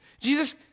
Jesus